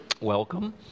Welcome